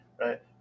right